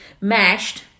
mashed